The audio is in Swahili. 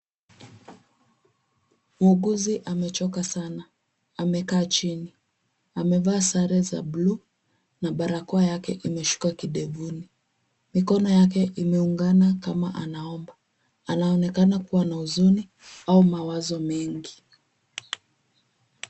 Muuguzi amechoka sana. Amekaa chini. Amevaa sare za bluu na barakoa yake imeshuka kidevuni. Mikono yake imeungana kama anaomba. Anaonakena kuwa na huzuni au mawazo mengi.